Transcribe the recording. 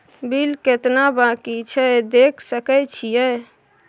Bill केतना बाँकी छै देख सके छियै?